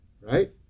Right